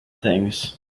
things